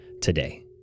today